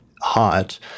hot